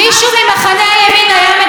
חבר'ה,